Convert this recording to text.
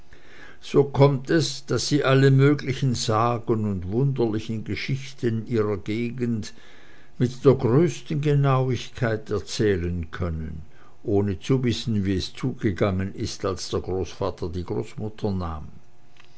so kommt es daß sie alle möglichen sagen und wunderlichen geschichten ihrer gegend mit der größten genauigkeit erzählen können ohne zu wissen wie es zugegangen ist daß der großvater die großmutter nahm